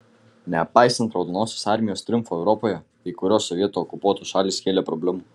nepaisant raudonosios armijos triumfo europoje kai kurios sovietų okupuotos šalys kėlė problemų